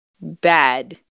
bad